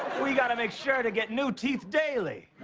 we got to make sure to get new teeth daily.